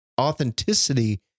authenticity